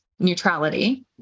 neutrality